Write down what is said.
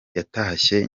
yatashye